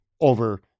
over